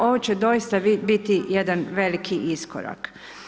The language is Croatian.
Ovo će doista biti jedan veliki iskorak.